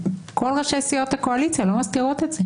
כל ראשי סיעות הקואליציה לא מסתירים את זה.